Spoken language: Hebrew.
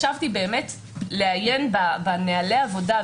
ישבתי לעיין בנוהלי העבודה,